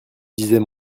disait